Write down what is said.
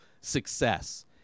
success